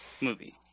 movie